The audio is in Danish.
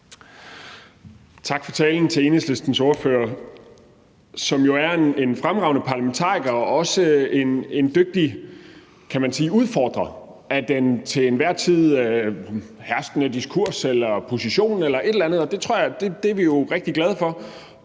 Tak for talen til Enhedslistens ordfører, som jo er en fremragende parlamentariker og også en dygtig udfordrer, kan man sige, af den til enhver tid herskende diskurs, position eller noget i den